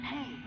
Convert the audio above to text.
Hey